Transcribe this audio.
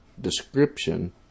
description